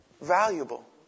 valuable